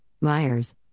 Myers